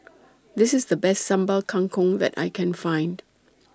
This IS The Best Sambal Kangkong that I Can Find